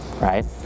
right